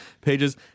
Pages